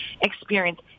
experience